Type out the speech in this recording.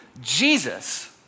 Jesus